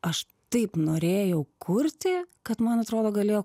aš taip norėjau kurti kad man atrodo galėjo